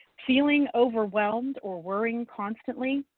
feeling overwhelmed or worrying constantly,